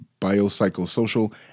biopsychosocial